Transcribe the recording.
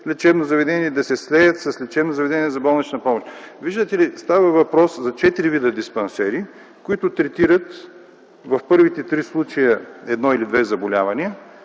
лечебно заведение, да се слеят с лечебно заведение за болнична помощ. Виждате ли, става въпрос за четири вида диспансери, които третират в първите три случая едно или две заболявания,